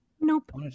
Nope